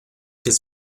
his